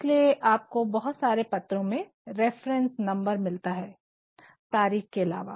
इसलिए आपको बहुत सारे पत्रों में रिफरेन्स नंबर मिलता है तारिख के अलावा